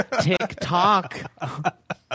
TikTok